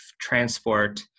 transport